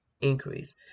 increase